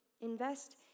Invest